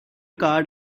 card